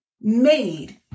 made